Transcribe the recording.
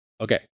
Okay